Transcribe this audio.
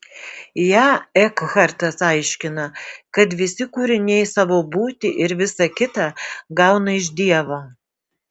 ją ekhartas aiškina kad visi kūriniai savo būtį ir visa kita gauna iš dievo